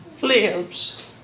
lives